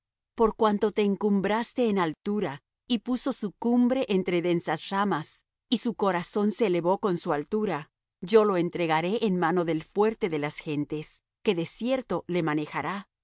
por cuanto te encumbraste en altura y puso su cumbre entre densas ramas y su corazón se elevó con su altura yo lo entregaré en mano del fuerte de las gentes que de cierto le manejará